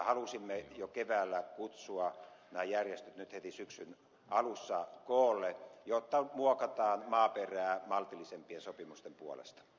halusimme jo keväällä kutsua nämä järjestöt nyt heti syksyn alussa koolle jotta muokataan maaperää maltillisempien sopimusten puolesta